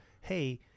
hey